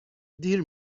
دیر